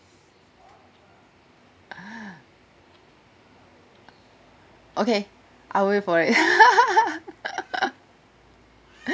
okay I will wait for it